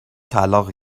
طلاق